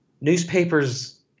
newspapers